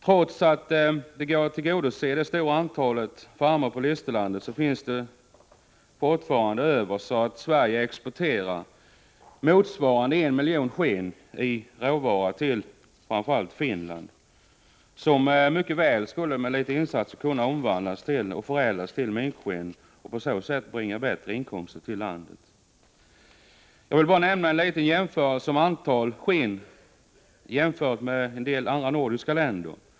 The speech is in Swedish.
Trots att det går att tillgodose det stora antalet farmar på Listerlandet finns det fortfarande foderråvaror över, så att Sverige kan exportera sådana motsvarande 1 miljon skinn. Denna export sker framför allt till Finland. Med vissa insatser skulle dessa råvaror kunna användas i Sverige för produktion av minkskinn och på så sätt ge landet bättre inkomster. Jag vill göra en liten jämförelse beträffande det antal skinn som produceras ide olika nordiska länderna.